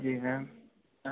जी हाँ